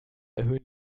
erhöhen